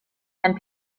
and